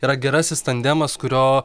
yra gerasis tandemas kurio